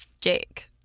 Jake